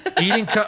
Eating